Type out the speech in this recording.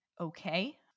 okay